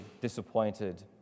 disappointed